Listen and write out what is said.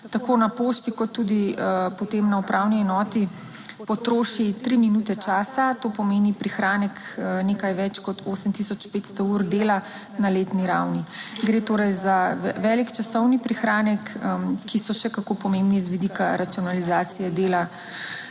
tako na pošti kot tudi potem na upravni enoti potroši 3 minute časa, to pomeni prihranek nekaj več kot 8 tisoč 500 ur dela na letni ravni. Gre torej za velik časovni prihranek, ki so še kako pomembni z vidika racionalizacije dela